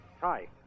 Hi